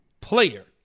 player